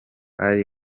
ally